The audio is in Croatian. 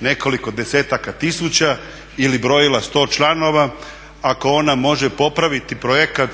nekoliko desetaka tisuća ili brojila sto članova ako ona može popraviti projekt